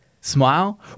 smile